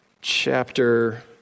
chapter